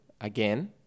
again